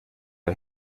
der